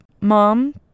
mom